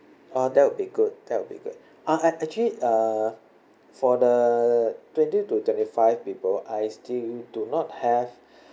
uh that would be good that would be good uh ac~ actually uh for the twenty to twenty five people I still do not have